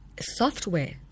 software